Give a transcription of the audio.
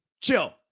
Chill